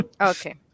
Okay